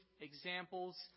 examples